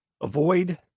Avoid